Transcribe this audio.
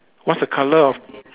what's the colour of